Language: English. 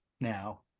now